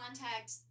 contact